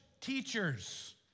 teachers